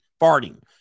farting